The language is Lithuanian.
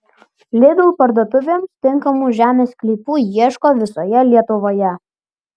lidl parduotuvėms tinkamų žemės sklypų ieško visoje lietuvoje